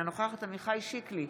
אינה נוכחת עמיחי שיקלי,